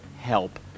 help